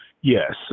Yes